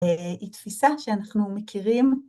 היא תפיסה שאנחנו מכירים.